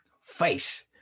face